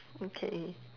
okay